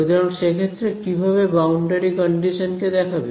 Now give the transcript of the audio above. সুতরাং সে ক্ষেত্রে কিভাবে বাউন্ডারি কন্ডিশন কে দেখাবে